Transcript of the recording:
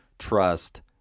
Trust